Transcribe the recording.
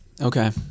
Okay